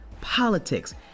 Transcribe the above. politics